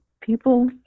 people